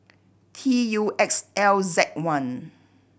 T U X L Z one